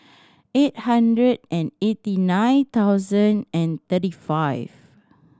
eight hundred and eighty nine thousand and thirty five